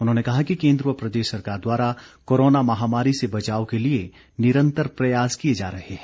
उन्होंने कहा कि केन्द्र व प्रदेश सरकार द्वारा कोरोना महामारी से बचाव के लिए निरंतर प्रयास किए जा रहे हैं